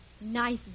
Nice